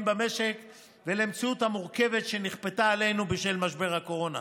במשק ולמציאות המורכבת שנכפתה עלינו בשל משבר הקורונה.